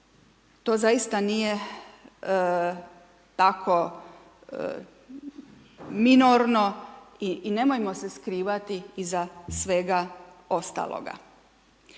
to zaista nije tako minorno i nemojmo se skrivati iza svega ostaloga.